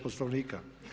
Poslovnika.